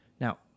Now